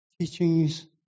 Teachings